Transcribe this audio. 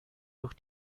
durch